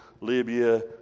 Libya